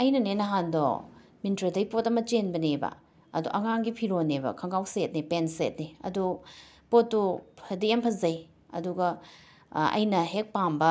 ꯑꯩꯅꯅꯦ ꯅꯍꯥꯟꯗꯣ ꯃꯤꯟꯇ꯭ꯔꯗꯩ ꯄꯣꯠ ꯑꯃ ꯆꯦꯟꯕꯅꯦꯕ ꯑꯗꯣ ꯑꯉꯥꯡꯒꯤ ꯐꯤꯔꯣꯟꯅꯦꯕ ꯈꯪꯒꯥꯎ ꯁꯦꯠꯅꯦ ꯄꯦꯟ ꯁꯦꯠꯅꯦ ꯑꯗꯣ ꯄꯣꯠꯇꯣ ꯐꯗꯤ ꯌꯥꯝ ꯐꯖꯩ ꯑꯗꯨꯒ ꯑꯩꯅ ꯍꯦꯛ ꯄꯥꯝꯕ